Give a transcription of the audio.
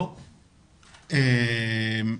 כלומר,